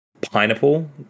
Pineapple